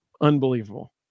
Unbelievable